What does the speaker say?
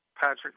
Patrick